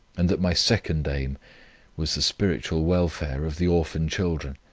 and that my second aim was the spiritual welfare of the orphan-children